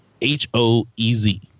h-o-e-z